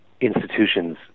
institutions